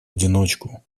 одиночку